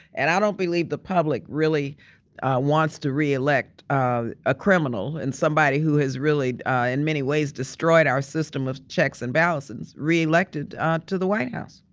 and i don't believe the public really wants to reelect ah a criminal, and somebody who has really in many ways destroyed our system of checks and balances, re-elected ah to the white house.